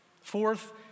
Fourth